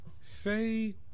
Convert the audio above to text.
Say